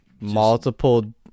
multiple